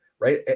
Right